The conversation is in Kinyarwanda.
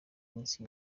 minsi